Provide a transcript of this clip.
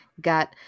got